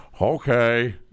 okay